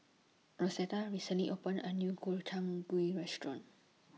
Rosetta recently opened A New Gobchang Gui Restaurant